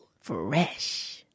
fresh